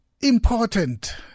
Important